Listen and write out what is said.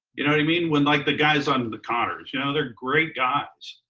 you know what i mean? when like the guys on the conners, you know they're great guys.